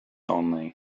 only